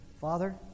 Father